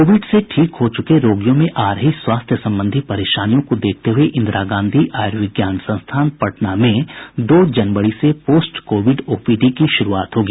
Covid से ठीक हो चुके रोगियों में आ रही स्वास्थ्य संबंधी परेशानियों को देखते हुए इंदिरा गांधी आयुर्विज्ञान संस्थान पटना में दो जनवरी से पोस्ट कोविड ओपीडी की शुरूआत होगी